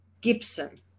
Gibson